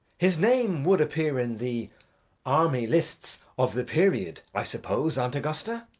his name would appear in the army lists of the period, i suppose, aunt augusta?